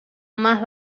más